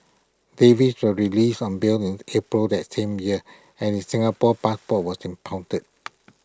Davies was released on bail in April that same year and his Singapore passport was impounded